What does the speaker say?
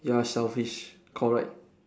you are selfish correct